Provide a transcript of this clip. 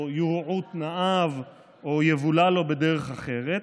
יורעו תנאיו או יבולע לו בדרך אחרת,